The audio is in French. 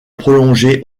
prolongeait